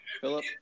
Philip